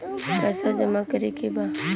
पैसा जमा करे के बा?